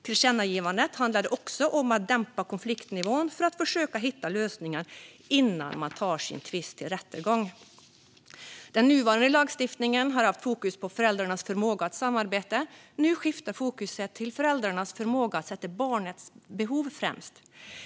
Tillkännagivandet handlade också om att dämpa konfliktnivån för att försöka hitta lösningar innan man tar sin tvist till rättegång. Den nuvarande lagstiftningen har haft fokus på föräldrarnas förmåga att samarbeta. Nu skiftar fokus till föräldrarnas förmåga att sätta barnets behov främst.